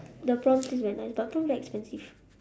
the prawn taste very nice but prawn very expensive